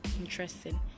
interesting